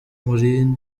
muri